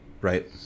Right